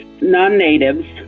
non-natives